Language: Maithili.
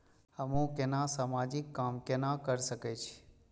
हमू केना समाजिक काम केना कर सके छी?